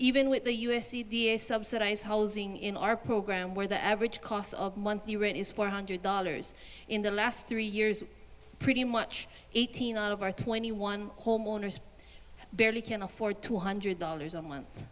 even with the u s c vs subsidized housing in our program where the average cost of monthly rent is four hundred dollars in the last three years pretty much eighteen out of our twenty one homeowners barely can afford two hundred dollars a month